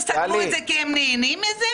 סגרו את זה כי הם נהנים מזה?